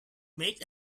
made